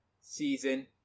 season